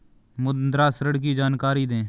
मुद्रा ऋण की जानकारी दें?